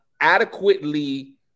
adequately